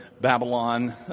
Babylon